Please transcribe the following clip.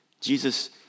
Jesus